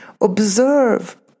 observe